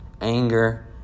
anger